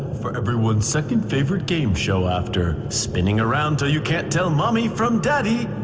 for everyone's second-favorite game show after spinning around until you can't tell mommy from daddy,